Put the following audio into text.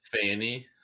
Fanny